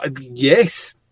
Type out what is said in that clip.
yes